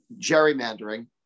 gerrymandering